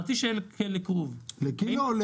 חצי שקל לכרוב לקילו.